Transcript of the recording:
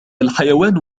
الحيوان